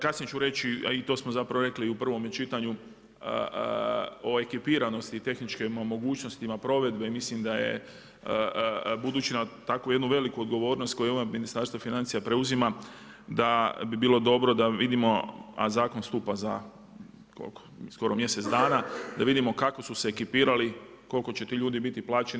Kasnije ću reći a i to smo zapravo rekli i u prvome čitanju o ekipiranosti i tehničkim mogućnostima provedbe i mislim da je budući na takvu jednu veliku odgovornost koju ovo Ministarstvo financija preuzima da bi bilo dobro da vidimo a zakon stupa za, koliko, skoro mjesec dana, da vidimo kako su se ekipirali, koliko će ti ljudi biti plaćeni.